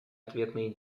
ответные